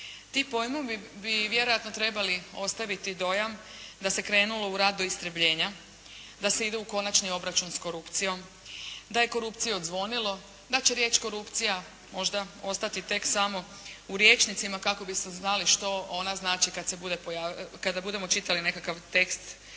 Ti pojmovi bi vjerojatno trebali ostaviti dojam da se krenulo u … istrebljenja, da se ide u konačni obračun s korupcijom, da je korupciji odzvonilo, da će riječ korupcija možda ostati tek samo u rječnicima kako bismo znali što ona znači kada budemo čitali nekakav tekst